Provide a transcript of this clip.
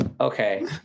okay